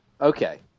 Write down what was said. Okay